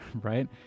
right